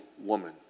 woman